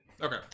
Okay